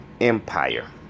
Empire